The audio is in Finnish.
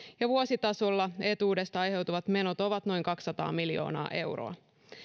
ja vuositasolla etuudesta aiheutuvat menot ovat noin kaksisataa miljoonaa euroa